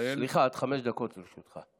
זה רע וזה עוול חברתי מסוכן.